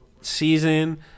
season